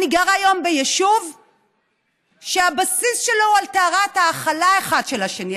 אני גרה היום ביישוב שהבסיס שלו הוא על טהרת ההכלה אחד של השני,